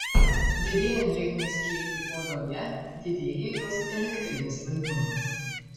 didėjant drėgmės kiekiui odoje didėja jos elektrinis laidumas